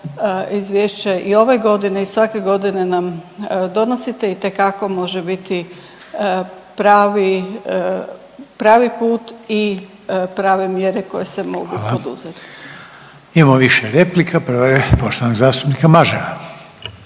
izvješće i ove godine i svake godine nam donosite itekako može biti pravi, pravi put i prave mjere koje se mogu poduzeti. **Reiner, Željko (HDZ)** Hvala. Imamo više replika, prva je poštovanog zastupnika Mažara.